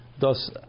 thus